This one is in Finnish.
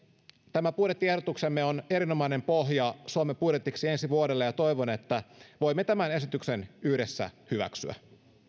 tämä budjettiehdotuksemme on erinomainen pohja suomen budjetiksi ensi vuodelle ja toivon että voimme tämän esityksen yhdessä hyväksyä